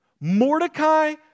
Mordecai